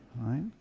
right